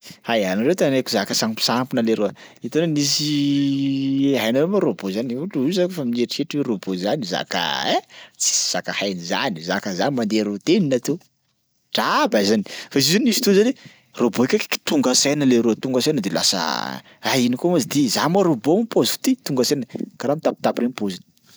Hay, anareo tantaraiko zaka samposampona leroa hitanao nisy hainareo ma robot zany io zany fa mieritreritry hoe robot zany zaka ein tsisy zaka hain'izany, zaka zany mandeha routine to, draba zany fa zio nisy fotoana zany robot kaikiky tonga saina leroa tonga saina de lasa: ah! ino koa moa izy ty, za moa robot paozy ty? Tonga saina, karaha mitapitapy reny paoziny.